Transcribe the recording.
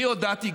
אני גם הודעתי,